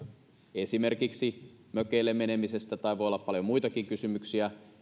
esimerkiksi mökeille menemisestä tai voi olla paljon muitakin kysymyksiä